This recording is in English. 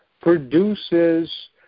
produces